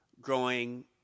Growing